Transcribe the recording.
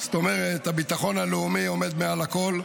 זאת אומרת, הביטחון הלאומי עומד מעל הכול,